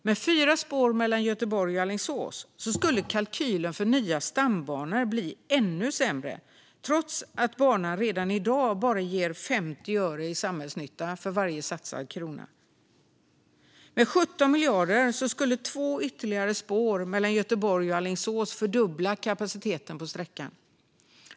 Med fyra spår mellan Göteborg och Alingsås skulle kalkylen för nya stambanor bli ännu sämre, trots att banan redan i dag bara ger tillbaka 50 öre i samhällsnytta på varje satsad krona. Med 17 miljarder skulle två ytterligare spår mellan Göteborg och Alingsås fördubbla kapaciteten på sträckan.